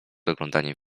oglądaniem